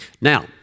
Now